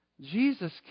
Jesus